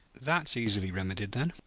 that's easily remedied, then,